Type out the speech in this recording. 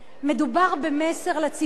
מדובר במסר לציבור.